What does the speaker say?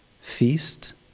feast